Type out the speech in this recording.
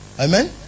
Amen